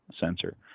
sensor